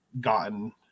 gotten